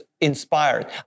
inspired